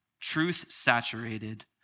truth-saturated